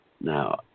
Now